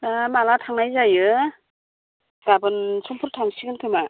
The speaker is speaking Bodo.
ओ माला थांनाय जायो गाबोन समफोर थांसिगोनखोमा